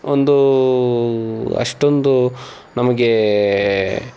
ಒಂದು ಅಷ್ಟೊಂದು ನಮಗೆ